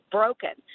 broken